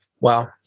Wow